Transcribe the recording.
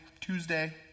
Tuesday